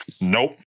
Nope